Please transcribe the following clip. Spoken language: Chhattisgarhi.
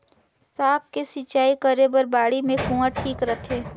साग के सिंचाई करे बर बाड़ी मे कुआँ ठीक रहथे?